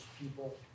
people